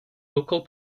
local